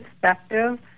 perspective